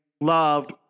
loved